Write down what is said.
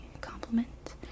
compliment